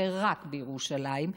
ורק בירושלים,